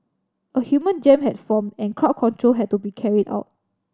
a human jam had formed and crowd control had to be carried out